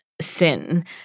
sin